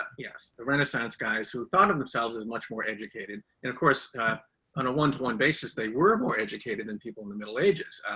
yes. the renaissance guys who thought of themselves as much more educated and of course, on a one-to-one basis, they were more educated than people in the middle ages.